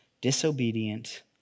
disobedient